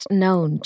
known